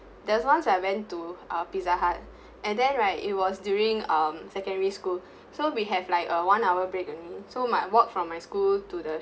there was once I went to uh pizza hut and then right it was during um secondary school so we have like a one hour break only so my I walk from my school to the